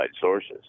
sources